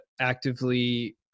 actively